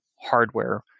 hardware